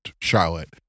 Charlotte